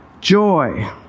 joy